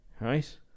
Right